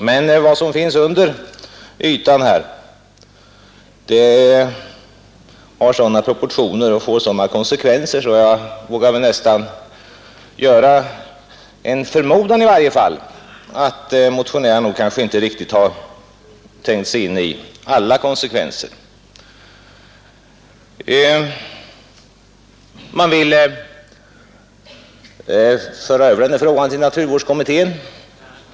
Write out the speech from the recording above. Men vad som finns under ytan har sådana proportioner och får sådana konsekvenser att jag nästan vågar förmoda att motionärerna inte riktigt har tänkt sig in i alla konsekvenser. Man vill föra över den här frågan till naturvårdskommittén.